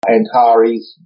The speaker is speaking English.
Antares